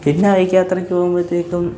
പിന്നെ ബൈക്ക് യാത്രയ്ക്ക് പോകുമ്പോഴത്തേക്കും